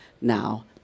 now